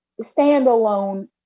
standalone